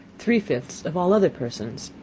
three fifths of all other persons.